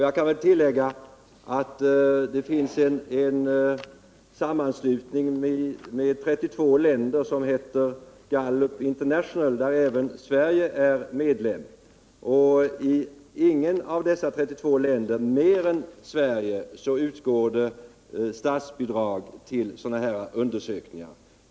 Jag kan tillägga att det finns en sammanslutning i 32 länder som heter Gallup International och som även Sverige är medlem av. I inget av dessa 32 länder förutom Sverige utgår det statsbidrag till sådana här undersökningar.